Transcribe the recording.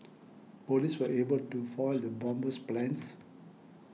police were able to foil the bomber's plans